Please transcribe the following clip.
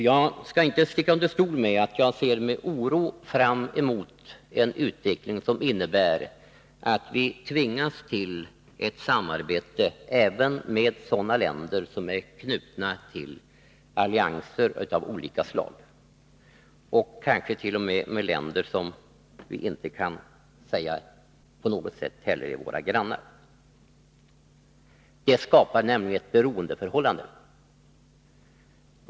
Jag skall inte sticka under stol med att jag med oro ser fram mot en utveckling som innebär att vi tvingas till samarbete med sådana länder som är knutna till allianser av olika slag, kanske t.o.m. med länder som vi inte på något sätt kan säga är våra grannar. Samarbetsavtal skapar nämligen ett beroendeförhållande.